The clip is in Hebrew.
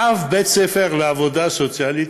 באף בית ספר לעבודה סוציאלית,